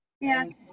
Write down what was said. Yes